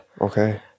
okay